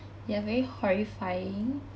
they're very horrifying